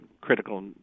critical